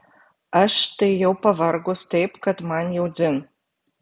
aš tai jau pavargus taip kad man jau dzin